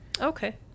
okay